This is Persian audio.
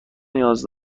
نیاز